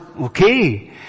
Okay